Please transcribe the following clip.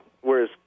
Whereas